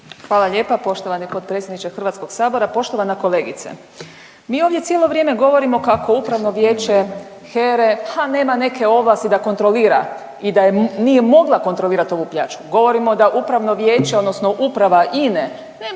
Hvala lijepa poštovani potpredsjedniče Hrvatskog sabora. Poštovana kolegice, mi ovdje cijelo vrijeme govorimo kako upravno vijeće HERE ha nema neke ovlasti da kontrolira i da nije mogla kontrolirati ovu pljačku, govorimo da upravo vijeće odnosno uprava INE nema ovlasti